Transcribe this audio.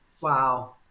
Wow